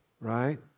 right